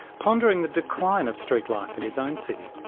pondering the decline of street life in his own city.